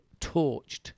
torched